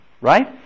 Right